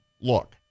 Look